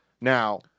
Now